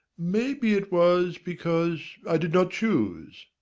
maybe it was because i did not choose.